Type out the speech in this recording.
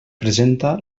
presenta